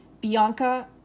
Bianca